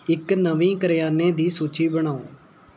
ਇੱਕ ਨਵੀਂ ਕਰਿਆਨੇ ਦੀ ਸੂਚੀ ਬਣਾਓ